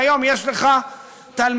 והיום יש לך תלמידים,